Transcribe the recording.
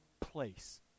place